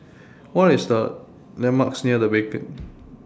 What Are The landmarks near The Beacon